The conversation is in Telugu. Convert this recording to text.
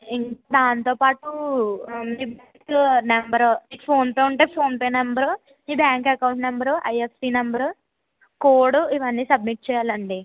ఇంకా దానితో పాటు బ్యాంకు నెంబర్ ఫోన్పే ఉంటే ఫోన్పే నెంబర్ మీ bank account number IFSC number code ఇవన్నీ సబ్మిట్ చేయాలండీ